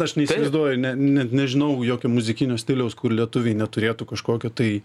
aš neįsivaizduoju ne net nežinau jokio muzikinio stiliaus kur lietuviai neturėtų kažkokio tai